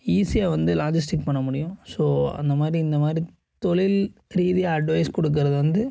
ஈஸியாக வந்து லாஜிஸ்டிக் பண்ண முடியும் ஸோ அந்த மாதிரி இந்த மாதிரி தொழில் ரீதியாக அட்வைஸ் கொடுக்கறது வந்து